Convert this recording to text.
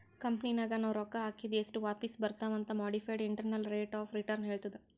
ಕಂಪನಿನಾಗ್ ನಾವ್ ರೊಕ್ಕಾ ಹಾಕಿದ್ ಎಸ್ಟ್ ವಾಪಿಸ್ ಬರ್ತಾವ್ ಅಂತ್ modified internal rate of return ಹೇಳ್ತುದ್